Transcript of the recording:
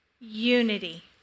Unity